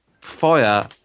fire